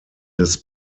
des